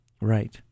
right